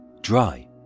dry